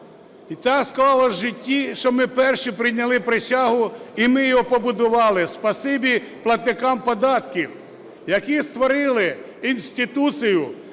і так склалося вжитті, що ми перші прийняли присягу і ми його побудували. Спасибі платникам податків, які створили інституцію